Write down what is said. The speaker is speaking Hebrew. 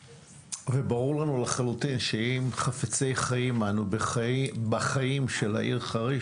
ברור לנו שאם חפצי חיים אנו ובחיים של העיר חריש,